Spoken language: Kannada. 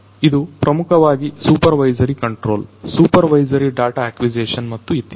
ಇದು ಪ್ರಮುಖವಾಗಿ supervisory control supervisory data acquisition ಮತ್ತು ಇತ್ಯಾದಿ